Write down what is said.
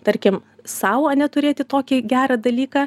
tarkim sau ane turėti tokį gerą dalyką